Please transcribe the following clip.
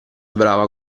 brava